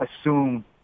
assume